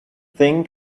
think